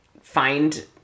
find